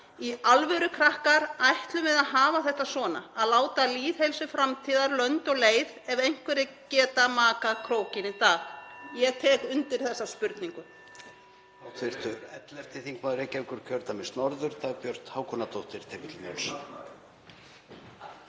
„Í alvöru krakkar!? Ætlum við að hafa þetta svona? Að láta lýðheilsu framtíðar lönd og leið ef einhverjir geta makað krókinn í dag?“ Ég tek undir þessa spurningu.